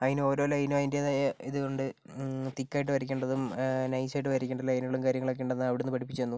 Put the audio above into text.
അതിന് ഓരോ ലൈനും അതിൻ്റെതായ ഇത് ഉണ്ട് തിക്ക് ആയി വരയ്ക്കണ്ടതും നൈസ് ആയിട്ട് വരയ്ക്കണ്ടതും ലൈനുകളും കാര്യങ്ങളും ഒക്കെ ഉണ്ടെന്ന് അവിടുന്ന് പഠിപ്പിച്ചു തന്നു